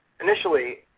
Initially